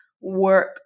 work